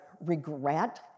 regret